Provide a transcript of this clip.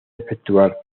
efectuar